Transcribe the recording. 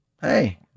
Hey